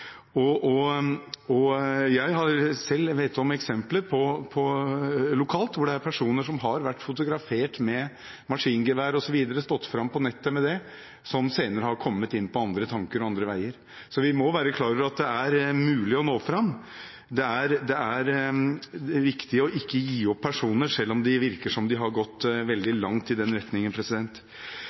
for veldig mange. Jeg vet selv om eksempler lokalt på at personer som har vært fotografert med maskingevær osv. og stått fram på nettet med det, senere har kommet inn på andre tanker og andre veier. Vi må være klar over at det er mulig å nå fram. Det er viktig ikke å gi opp personer, selv om det virker som de har gått veldig langt i den retningen.